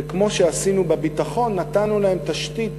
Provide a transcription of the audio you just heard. וכמו שעשינו בביטחון, נתנו להם תשתית